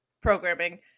programming